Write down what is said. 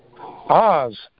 Oz